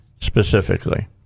specifically